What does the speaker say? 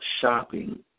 shopping